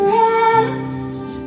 rest